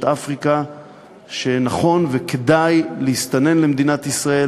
אפריקה שנכון וכדאי להסתנן למדינת ישראל,